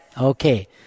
Okay